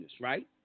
right